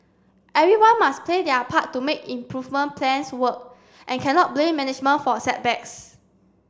everyone must play their part to make improvement plans work and cannot blame management for setbacks